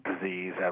disease